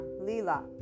Lila